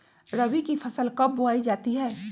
रबी की फसल कब बोई जाती है?